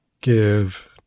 give